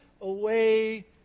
away